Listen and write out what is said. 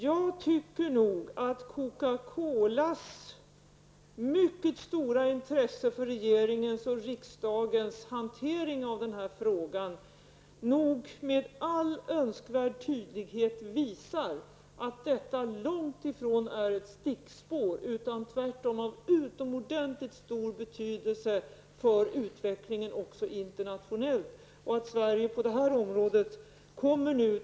Jag tycker att Coca-Colas mycket stora intresse för regeringens och riksdagens hantering av den här frågan med all önskvärd tydlighet visar att detta långt ifrån är ett stickspår, utan tvärtom att det har utomordentligt stor betydelse för utvecklingen även internationellt.